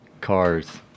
cars